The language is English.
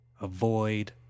avoid